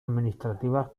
administrativas